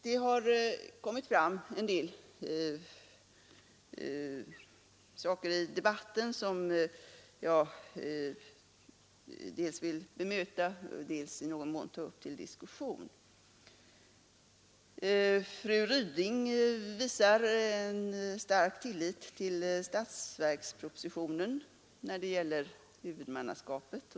Det har i denna debatt anförts en del som jag dels vill bemöta, dels i någon mån ta upp till diskussion. Fru Ryding visade stark tillit till statsverkspropositionen när det gäller huvudmannaskapet.